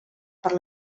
per